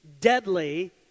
deadly